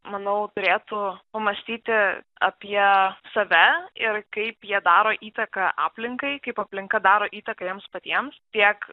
manau turėtų pamąstyti apie save ir kaip jie daro įtaką aplinkai kaip aplinka daro įtaką jiems patiems tiek